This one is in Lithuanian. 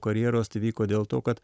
karjeros tai įvyko dėl to kad